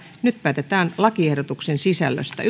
nyt päätetään lakiehdotuksen sisällöstä